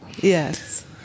Yes